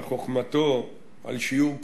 על חוכמתו ועל שיעור קומתו,